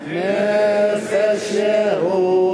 כבוד